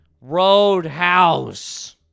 Roadhouse